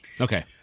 Okay